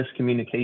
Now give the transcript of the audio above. miscommunication